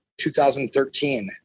2013